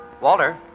Walter